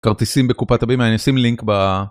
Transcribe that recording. כרטיסים בקופת אביב, אני אשים לינק ב...